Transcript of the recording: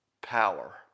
power